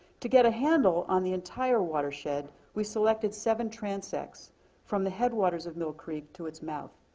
to get a handle on the entire watershed, we selected seven transects from the headwaters of mill creek to its mouth.